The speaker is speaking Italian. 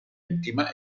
intima